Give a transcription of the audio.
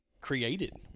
created